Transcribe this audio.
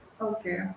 Okay